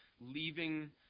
leaving